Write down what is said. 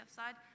side